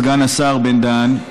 סגן השר בן-דהן,